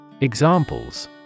Examples